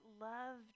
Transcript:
love